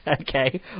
Okay